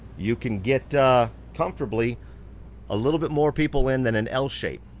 you can get a comfortably a little bit more people in than an l shape.